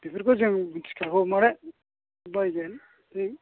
बेफोरखौ जों मिथिखागौ माने बायगोन बे